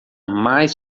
mais